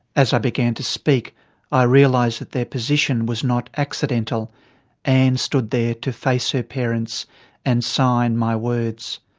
as i began to speak i realised that their position was not accidental anne and stood there to face her parents and sign my words.